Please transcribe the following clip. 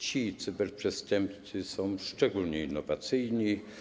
Ci cyberprzestępcy są szczególnie innowacyjni.